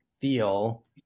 feel